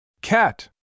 Cat